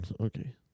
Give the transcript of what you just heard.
Okay